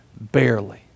Barely